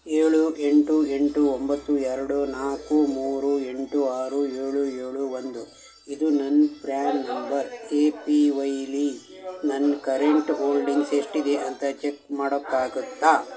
ಏಳು ಎಂಟು ಎಂಟು ಒಂಬತ್ತು ಎರಡು ನಾಲ್ಕು ಮೂರು ಎಂಟು ಆರು ಏಳು ಏಳು ಒಂದು ಇದು ನನ್ನ ಪ್ರ್ಯಾನ್ ನಂಬರ್ ಎ ಪಿ ವೈಲಿ ನನ್ನ ಕರೆಂಟ್ ಹೋಲ್ಡಿಂಗ್ಸ್ ಎಷ್ಟಿದೆ ಅಂತ ಚೆಕ್ ಮಾಡೋಕ್ಕಾಗತ್ತಾ